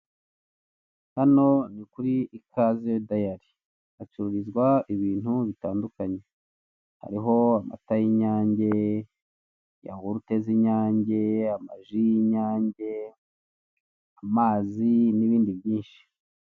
Hano ni kuri ikaze dayari hacururizwa ibintu bitandukanye hariho amata y'inyange, yawurute z'inyange, amaji y'inyange, amazi n'ibindi byinshi.